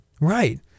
Right